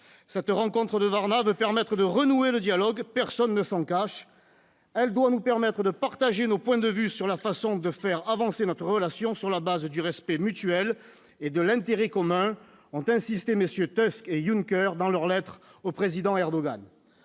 cette rencontre nord ne veut permettre de renouer le dialogue, personne ne s'en cache, elle doit nous permettre de partager nos points de vue sur la façon de faire avancer notre relation sur la base du respect mutuel et de l'intérêt commun, ont insisté messieurs Junker dans leur lettre au président Erdogan